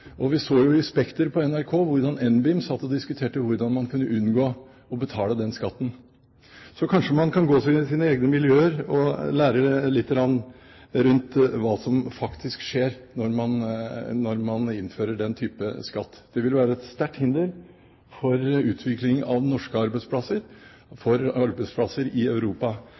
og vi så i Spekter på NRK hvordan NBIM satt og diskuterte hvordan man kunne unngå å betale den skatten. Så kanskje man kan gå til sine egne miljøer og lære lite grann rundt hva som faktisk skjer når man innfører den type skatt. Det ville være et sterkt hinder for utviklingen av norske arbeidsplasser og for arbeidsplasser i Europa.